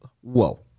Whoa